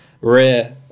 rare